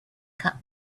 cup